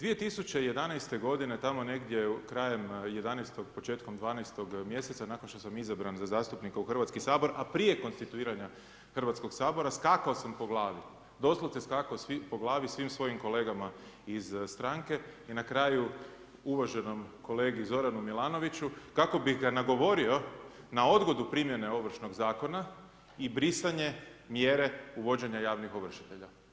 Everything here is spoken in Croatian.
2011. godine tamo negdje krajem 11. početkom 12. mjeseca nakon što sam izabran za zastupnika u Hrvatski sabor, a prije konstituiranja Hrvatskog sabora skakao sam po glavi, doslovce skakao po glavi svim svojim kolegama iz stranke i na kraju uvaženom kolegi Zoranu Milanoviću kako bih ga nagovorio na odgodu primjene Ovršnog zakona i brisanje mjere uvođenja javnih ovršitelja.